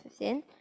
15